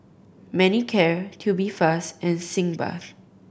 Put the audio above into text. Manicare Tubifast and Sitz Bath